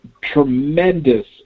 tremendous